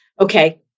Okay